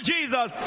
Jesus